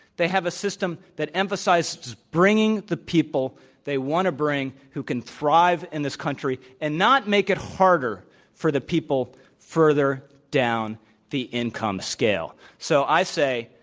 they have a system that emphasizes bringing the people they want to bring who can thrive in this country and not make it harder for the people further down the income safe scale. so i say,